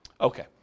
Okay